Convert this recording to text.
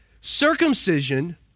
Circumcision